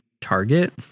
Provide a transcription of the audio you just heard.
target